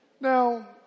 Now